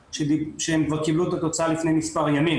שהם כבר קיבלו את התוצאה לפני מספר ימים,